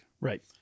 Right